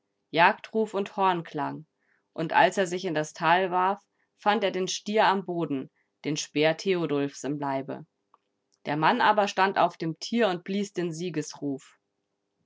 jagdruf und hornklang und als er sich in das tal warf fand er den stier am boden den speer theodulfs im leibe der mann aber stand auf dem tier und blies den siegesruf